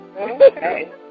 Okay